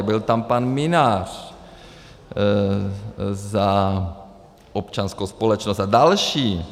Byl tam pan Minář za občanskou společnost a další.